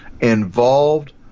involved